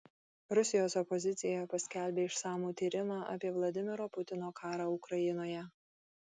rusijos opozicija paskelbė išsamų tyrimą apie vladimiro putino karą ukrainoje